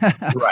right